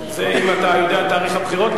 אם אתה יודע על תאריך הבחירות,